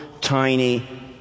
tiny